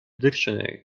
dictionary